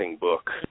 book